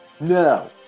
No